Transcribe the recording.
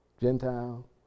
Gentile